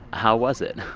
how was it?